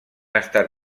estat